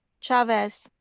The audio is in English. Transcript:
chavez,